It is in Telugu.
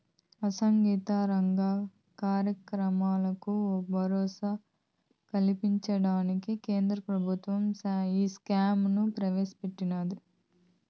అసంగటిత రంగ కార్మికులకు భరోసా కల్పించడానికి కేంద్ర ప్రభుత్వం ఈశ్రమ్ ని ప్రవేశ పెట్టినాది